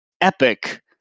epic